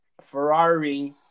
Ferrari